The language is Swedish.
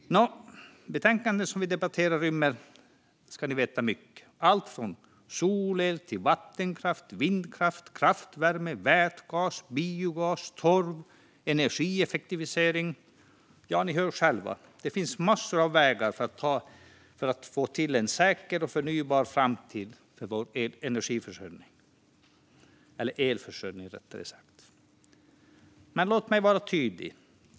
Det betänkande som vi debatterar rymmer mycket, allt från solel till vattenkraft, vindkraft, kraftvärme, vätgas, biogas, torv och energieffektivisering. Ja, ni hör själva. Det finns massor av vägar för att få till en säker och förnybar framtid för vår elförsörjning. Men låt mig vara tydlig.